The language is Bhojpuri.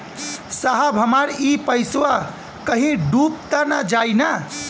साहब हमार इ पइसवा कहि डूब त ना जाई न?